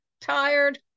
Tired